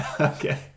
Okay